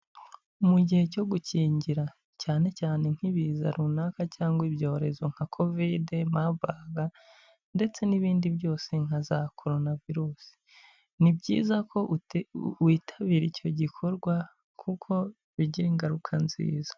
Mu gihe cyo gukingira cyane cyane nk'ibiza runaka cyangwa ibyorezo nka kovide, mabaga ndetse n'ibindi byose nka za koronavirusi. Ni byiza ko witabira icyo gikorwa kuko bigira ingaruka nziza.